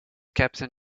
captain